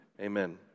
Amen